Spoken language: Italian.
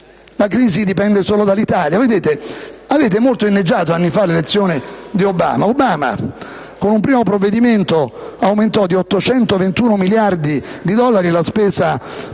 La crisi dipende solo dall'Italia? Vedete, voi avete molto inneggiato, anni fa, all'elezione di Obama. Obama, con un primo provvedimento, aumentò di 821 miliardi di dollari la spesa pubblica